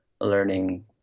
learning